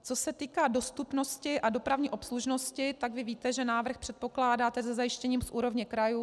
Co se týká dostupnosti a dopravní obslužnosti, tak vy víte, že návrh předpokládá zajištění v úrovni krajů.